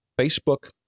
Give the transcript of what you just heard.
Facebook